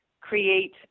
create